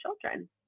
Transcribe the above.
children